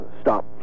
stop